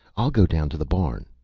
i'll go down to the barn.